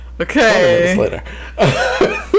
Okay